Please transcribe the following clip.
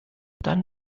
dann